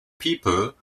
people